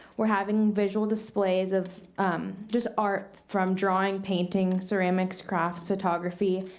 we're having visual displays of just art from drawing, painting, ceramics, crafts, photography,